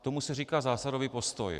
Tomu se říká zásadový postoj.